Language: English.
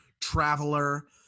Traveler